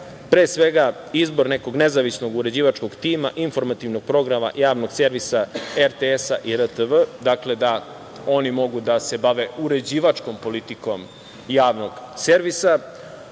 pre svega izbor nekog nezavisnog uređivačkog tima, informativnog programa Javnog servisa RTS i RTV, dakle, da oni mogu da se bave uređivačkom politikom javnog servisa.